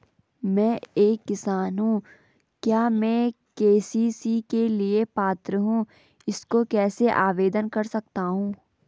मैं एक किसान हूँ क्या मैं के.सी.सी के लिए पात्र हूँ इसको कैसे आवेदन कर सकता हूँ?